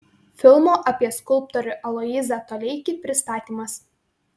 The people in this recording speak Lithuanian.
filmo apie skulptorių aloyzą toleikį pristatymas